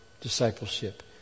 discipleship